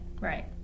Right